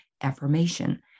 affirmation